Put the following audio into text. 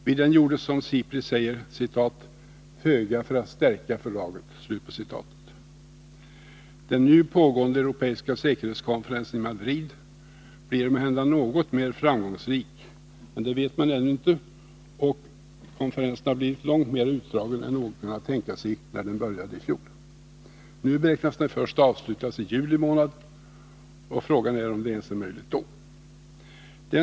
Vid den gjordes, som SIPRI säger, ”föga för att stärka fördraget”. Den nu pågående europeiska säkerhetskonferensen i Madrid blir måhända något mer framgångsrik, men det vet man ännu inte. Och konferensen har blivit långt mer utdragen än vad någon kunde tänka sig när den började i fjol. Nu beräknas den avslutas först i juli månad, och frågan är om det är möjligt ens då.